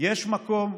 יש מקום,